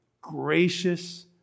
gracious